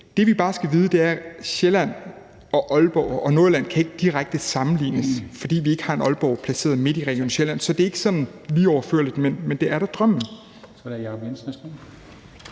Det, vi bare skal vide, er, at Sjælland og Aalborg og Nordjylland ikke direkte kan sammenlignes, fordi vi ikke har et Aalborg placeret midt i Region Sjælland, så det er ikke sådan lige til at overføre, men det er da drømmen.